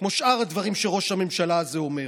כמו שאר הדברים שראש הממשלה הזה אומר.